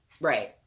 Right